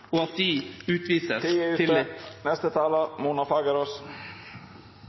og at de